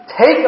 Take